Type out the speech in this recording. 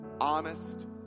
honest